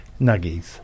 Nuggies